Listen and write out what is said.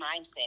mindset